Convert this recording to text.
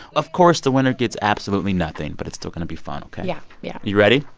of course, the winner gets absolutely nothing, but it's still going to be fun, ok? yeah yeah you ready?